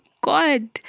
God